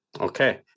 Okay